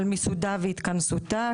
על מיסודה והתכנסותה.